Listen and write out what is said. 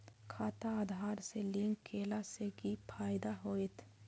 खाता आधार से लिंक केला से कि फायदा होयत?